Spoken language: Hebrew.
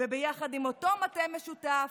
ביחד עם אותו מטה משותף,